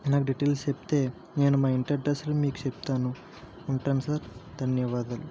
నాకు డీటెయిల్స్ చెప్తే నేను మా ఇంటి అడ్రస్ను మీకు చెప్తాను ఉంటాను సార్ ధన్యవాదాలు